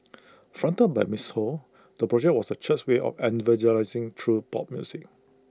fronted by miss ho the project was the church's way of evangelising through pop music